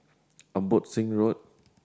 Abbotsingh Road